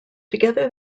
together